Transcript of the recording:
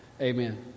Amen